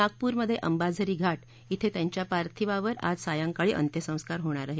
नागपूरमध्ये अंबाझरी घाट इथं त्यांच्या पार्थिव देहावर आज सायंकाळी अंत्यसंस्कार होणार आहेत